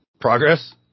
progress